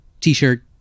t-shirt